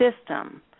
system